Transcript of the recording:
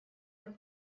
так